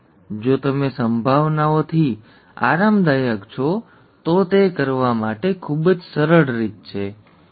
જ્યારે જો તમારી પાસે હોય જો તમે સંભાવનાઓથી આરામદાયક છો તો તે કરવા માટે ખૂબ જ સરળ રીત છે ઠીક છે